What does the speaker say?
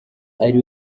ari